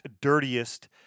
Dirtiest